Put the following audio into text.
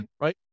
right